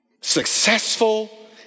successful